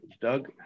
Doug